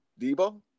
Debo